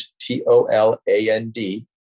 T-O-L-A-N-D